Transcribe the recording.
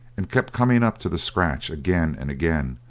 and kept coming up to the scratch again and again,